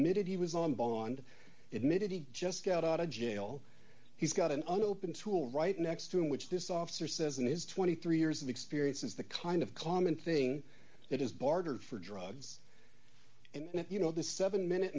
admitted he was on bond admitted he just got out of jail he's got an unopened tool right next to him which this officer says in his twenty three years of experience is the kind of common thing that is barter for drugs and you know the seven minute